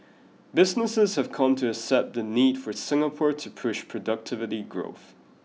businesses have come to accept the need for Singapore to push productivity growth